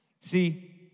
See